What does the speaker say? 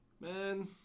Man